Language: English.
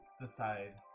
decide